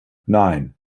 nine